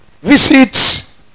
visit